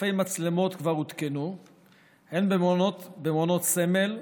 ואלפי מצלמות כבר הותקנו הן במעונות סמל,